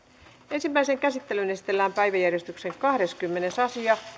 ensimmäiseen käsittelyyn esitellään päiväjärjestyksen kahdeskymmenes asia